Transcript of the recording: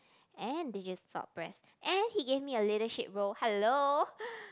and they just suppress and he gave me a leadership role hello